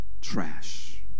trash